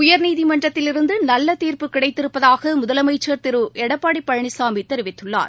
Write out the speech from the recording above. உயா்நீதிமன்றத்திலிருந்து நல்ல தீாப்பு கிடைத்திருப்பதாக முதலமைச்சள் திரு எடப்பாடி பழனிசாமி தெரிவித்துள்ளார்